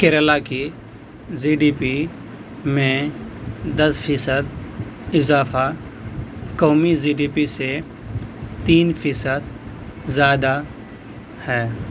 کیرالہ کی G D P میں دس فیصد اضافہ قومی جی ڈی پی سے تین فیصد زیادہ ہے